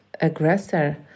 aggressor